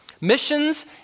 Missions